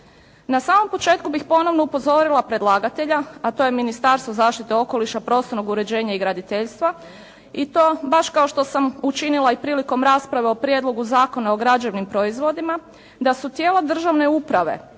Na samom početku bih ponovno upozorila predlagatelja a to je Ministarstvo zaštite okoliša prostornog uređenja i graditeljstva i to baš kao što sam učinila i prilikom rasprave o Prijedlogu zakona o građevnim proizvodima, da su tijela državne uprave